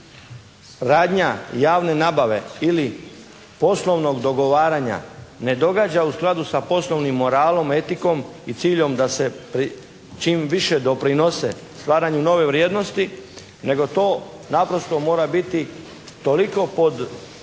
radnja javne nabave ili poslovnog dogovaranja ne događa u skladu sa poslovnim moralom, etikom i ciljem da se čim više doprinose stvaranju nove vrijednosti nego to naprosto mora biti toliko pod povećalom